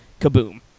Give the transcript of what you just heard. kaboom